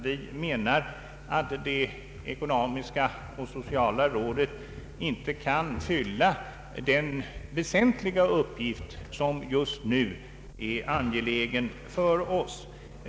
Vi menar att det ekonomiska och sociala rådet inte kan fylla den väsentliga uppgift som just nu är angelägen för oss.